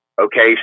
Okay